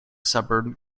suburb